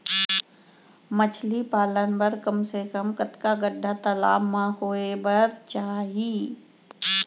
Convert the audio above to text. मछली पालन बर कम से कम कतका गड्डा तालाब म होये बर चाही?